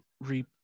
reap